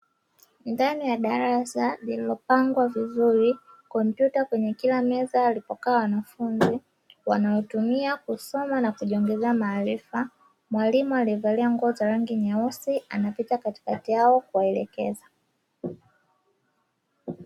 Ndani ya darasa lililopangwa vizuri, kompyuta kwenye kila meza walipokaa wanafunzi wanaotumia kusoma na kujiongezea maarifa, mwalimu aliyevalia nguo za rangi nyeusi anapita katikati yao kuwaelekeza.